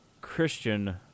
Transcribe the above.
Christian